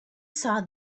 saw